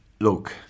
look